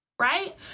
right